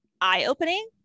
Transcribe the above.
eye-opening